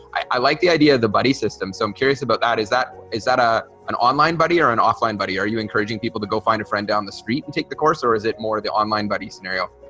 i like the idea the buddy system so i'm curious about that is that is that ah an online buddy or an offline buddy? are you encouraging people to go find a friend down the street and take the course or is it more the online buddy scenario?